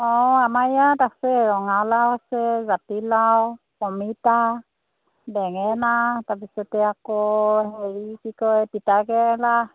অঁ আমাৰ ইয়াত আছে ৰঙালাও আছে জাতিলাও অমিতা বেঙেনা তাৰপিছতে আকৌ হেৰি কি কয় তিতাকেৰেলা